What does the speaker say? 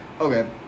Okay